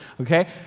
okay